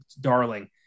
darling